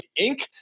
Inc